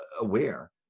aware